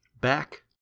Back